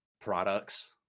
products